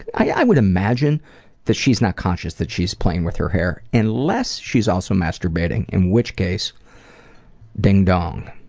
i would imagine that she's not conscious that she's playing with her hair. unless she's also masturbating, in which case ding dong.